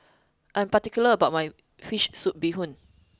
I am particular about my fish soup bee hoon